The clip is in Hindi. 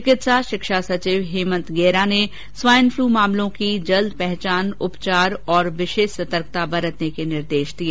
चिकित्सा शिक्षा सचिव हेमंत गेरा ने स्वाइनफ्लू मामलों की जल्द पहचान उपचार और विशेष सतर्कता बरतने के निर्देश दिए